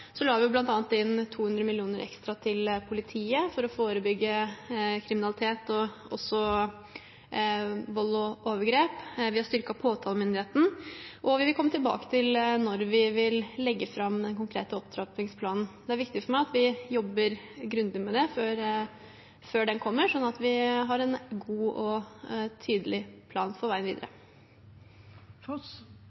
la vi bl.a. inn 200 mill. kr ekstra til politiet for å forebygge kriminalitet, og også vold og overgrep. Vi har styrket påtalemyndigheten, og vi vil komme tilbake til når vi vil legge fram den konkrete opptrappingsplanen. Det er viktig for meg at vi jobber grundig med det før den kommer, slik at vi har en god og tydelig plan for veien videre.